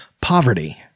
Poverty